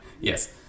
Yes